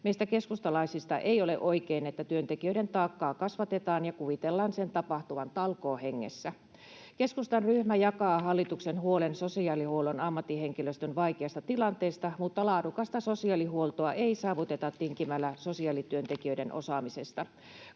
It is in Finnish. Meistä keskustalaisista ei ole oikein, että työntekijöiden taakkaa kasvatetaan ja kuvitellaan sen tapahtuvan talkoohengessä. Keskustan ryhmä jakaa hallituksen huolen sosiaalihuollon ammattihenkilöstön vaikeasta tilanteesta, mutta laadukasta sosiaalihuoltoa ei saavuteta tinkimällä sosiaalityöntekijöiden osaamisesta.